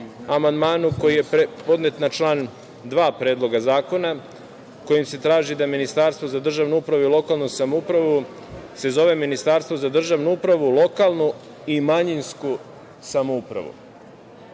amandmanu koji je podnet na član 2. Predloga zakona kojim se traži da Ministarstvo za državnu upravu i lokalnu samoupravu se zove Ministarstvo za državnu upravu, lokalnu i manjinsku samoupravu. Šta